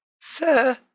Sir